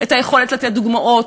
יכולים לתת דוגמאות,